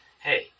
hey